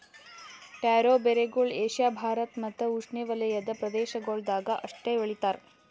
taro ಬೇರುಗೊಳ್ Asia Bharat ಮತ್ತ್ ಉಷ್ಣೆವಲಯದ ಪ್ರದೇಶಗೊಳ್ದಾಗ್ ಅಷ್ಟೆ ಬೆಳಿತಾರ್